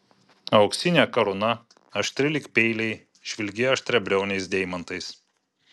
auksinė karūna aštri lyg peiliai žvilgėjo aštriabriauniais deimantais